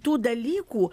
tų dalykų